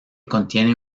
contiene